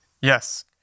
Yes